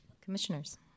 Commissioners